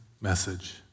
message